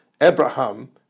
Abraham